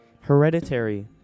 Hereditary